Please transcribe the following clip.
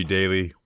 Daily